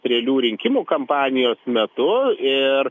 strėlių rinkimų kampanijos metu ir